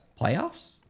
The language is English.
playoffs